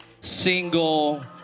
single